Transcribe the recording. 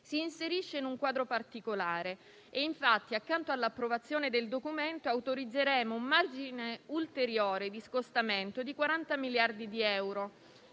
si inserisce in un quadro particolare. Infatti, accanto all'approvazione del Documento, autorizzeremo un margine ulteriore di scostamento di 40 miliardi di euro,